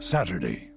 Saturday